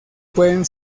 pueden